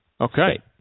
Okay